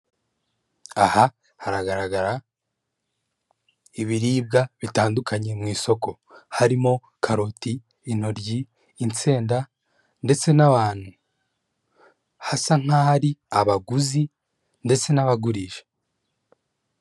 Aha haragaragara ibiribwa bitandukanye mu isoko. Harimo karoti, intoryi, insenda, ndetse n'abantu hasa nk'ahari abaguzi ndetse n'abagurisha.